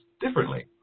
differently